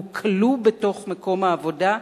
והוא כלוא בתוך מקום העבודה,